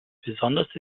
besonders